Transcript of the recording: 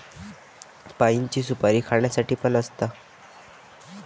पाइनची सुपारी खाण्यासाठी पण असता